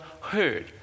heard